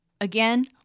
Again